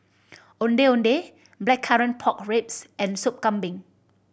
Ondeh Ondeh Blackcurrant Pork Ribs and Soup Kambing